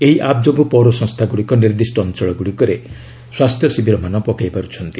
ଏହି ଆପ୍ ଯୋଗୁଁ ପୌର ସଂସ୍ଥାଗୁଡ଼ିକ ନିର୍ଦ୍ଦିଷ୍ଟ ଅଞ୍ଚଳଗୁଡ଼ିକରେ ସ୍ୱାସ୍ଥ୍ୟ ଶିବିରମାନ ପକାଇ ପାରୁଛନ୍ତି